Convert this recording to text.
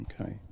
Okay